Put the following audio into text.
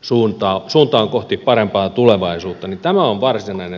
suunta on kohti parempaa tulevaisuutta on varsinainen troijan hevonen